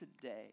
today